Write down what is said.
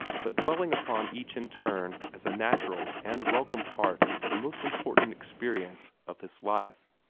but dwelling upon each in turn as a natural and welcome part of the most important experience of his life.